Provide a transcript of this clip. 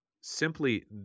simply